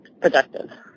productive